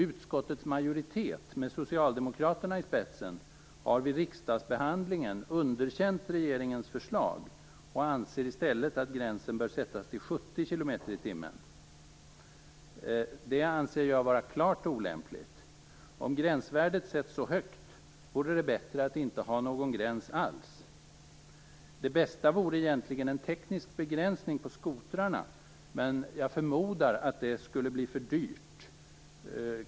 Utskottets majoritet, med socialdemokraterna i spetsen, har vid riksdagsbehandlingen underkänt regeringens förslag och anser i stället att gränsen bör sättas till 70 km i timmen. Det anser jag vara klart olämpligt. Om gränsvärdet sätts så högt vore det bättre att inte ha någon gräns alls. Det bästa vore egentligen en teknisk begränsning på skotrarna, men jag förmodar att det skulle bli för dyrt.